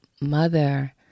mother